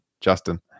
Justin